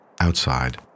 Outside